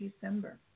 December